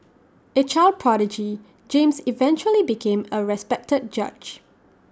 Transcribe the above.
A child prodigy James eventually became A respected judge